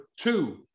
two